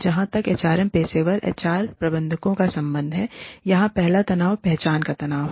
जहां तक एचआर पेशेवर एचआर प्रबंधकों का संबंध है यहां पहला तनाव पहचान का तनाव है